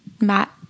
Matt